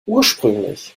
ursprünglich